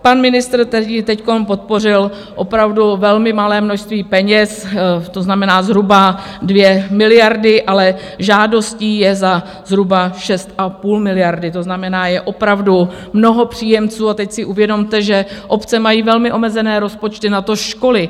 Pan ministr tady teď podpořil opravdu velmi malé množství peněz, to znamená zhruba 2 miliardy, ale žádostí je za zhruba 6,5 miliardy, to znamená, je opravdu mnoho příjemců, a teď si uvědomte, že obce mají velmi omezené rozpočty, natož školy.